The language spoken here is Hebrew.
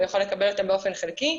הוא יכול לקבל אותן באופן חלקי.